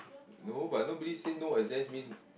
no but nobody say no exams means